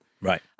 Right